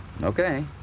Okay